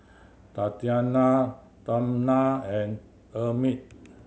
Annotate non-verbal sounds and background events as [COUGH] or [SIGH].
Tatianna [UNINTELLIGIBLE] and Emmitt